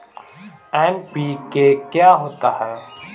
NPK क्या होता है?